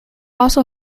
also